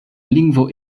lingvo